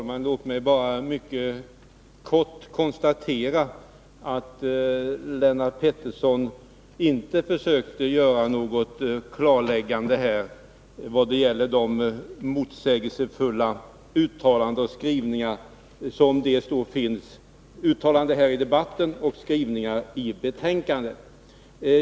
Herr talman! Låt mig mycket kort konstatera att Lennart Pettersson inte försökte göra något klarläggande när det gäller de motsägelsefulla uttalandena här i debatten och skrivningarna i betänkandet.